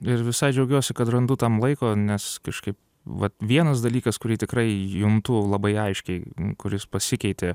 ir visai džiaugiuosi kad randu tam laiko nes kažkaip vat vienas dalykas kurį tikrai juntu labai aiškiai kuris pasikeitė